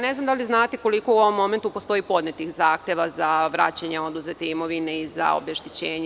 Ne znam da li znate koliko u ovom momentu postoji podnetih zahteva za vraćanje oduzete imovine i za obeštećenje.